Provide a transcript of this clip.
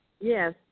Yes